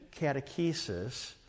catechesis